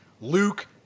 Luke